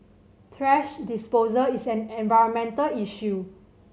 thrash disposal is an environmental issue